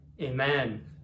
Amen